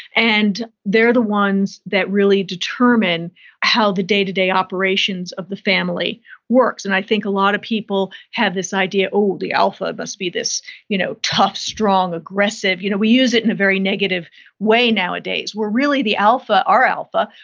and they are the ones that really determine how the day-to-day operations of the family work. work. and i think a lot of people have this idea, oh, the alpha, it must be this you know tough, strong, aggressive, you know we use it in a very negative way nowadays, where really the alpha, our alpha,